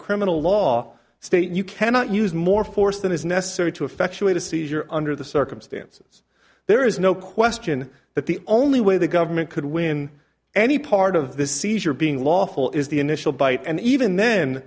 criminal law state you cannot use more force than is necessary to effectuate a seizure under the circumstances there is no question that the only way the government could when any part of the seizure being lawful is the initial bite and even then